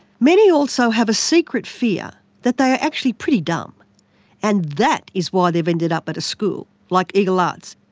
many also have a secret fear that they are actually pretty dumb and that is why they have ended up at a school like eagle arts.